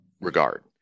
regard